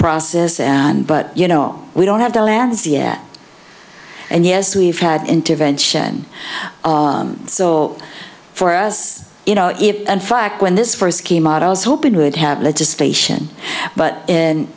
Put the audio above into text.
process and but you know we don't have the landsea and yes we've had intervention so far as you know if in fact when this first came out i was hoping would have legislation but in